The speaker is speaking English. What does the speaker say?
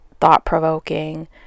thought-provoking